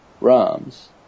rams